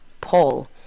Paul